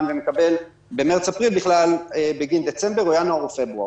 ומקבל במרץ-אפריל בגין דצמבר או ינואר או פברואר.